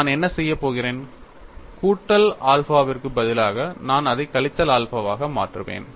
நான் என்ன செய்யப் போகிறேன் கூட்டல் ஆல்பாவுக்கு பதிலாக நான் அதை கழித்தல் ஆல்பாவாக மாற்றுவேன்